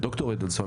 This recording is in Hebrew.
ד"ר אדלסון,